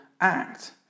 act